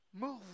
move